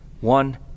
one